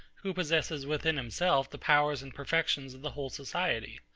who possesses within himself the powers and perfections of the whole society.